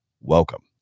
welcome